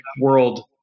World